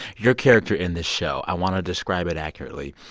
your character in this show, i want to describe it accurately.